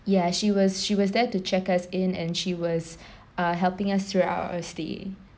ya she was she was there to check us in and she was uh helping us through our stay